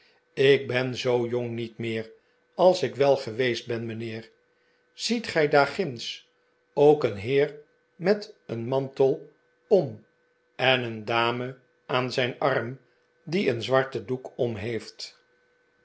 ik ben zoo jong niet meer r als ik wel geweest ben mijnheer ziet gij daarginds ook een heer met een mantel om en een dame aan zijn arm die een zwarten doek om heeft